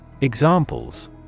Examples